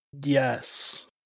Yes